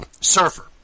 Surfer